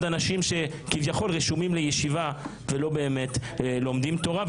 אנשים שכביכול רשומים לישיבה ולא באמת לומדים תורה,